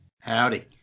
Howdy